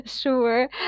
Sure